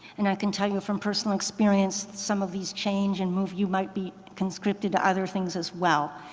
and i can tell you from personal experience some of these change and move, you might be conscripted to other things as well,